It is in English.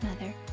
mother